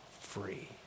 free